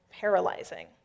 paralyzing